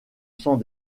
sang